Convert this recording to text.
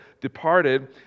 departed